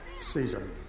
season